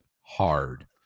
hard